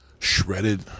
shredded